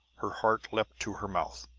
her heart leaped to her mouth.